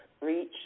reach